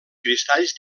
cristalls